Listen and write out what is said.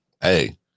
Hey